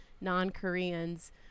non-Koreans